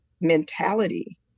mentality